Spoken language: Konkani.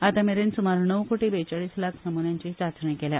आता मेरेन सुमार णव कोटी बेचाळीस लाख नमुन्यांची चांचणी केल्या